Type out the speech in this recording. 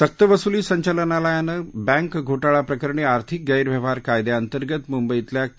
सक्त वसूली संचालनालयानं बँक घोटाळा प्रकरणी आर्थिक गैरव्यवहार कायद्याअंतर्गत मुंबईतल्या के